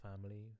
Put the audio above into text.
family